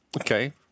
Okay